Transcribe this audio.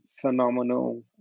phenomenal